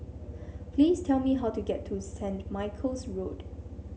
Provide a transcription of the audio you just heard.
please tell me how to get to Saint Michael's Road